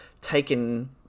taken